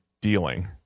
dealing